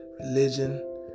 religion